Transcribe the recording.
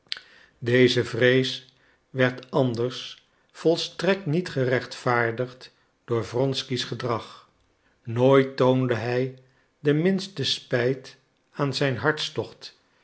deze vrees werd anders volstrekt niet gerechtvaardigd door wronky's gedrag nooit toonde hij de minste spijt aan zijn hartstocht